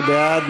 מי בעד?